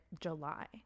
july